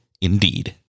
Indeed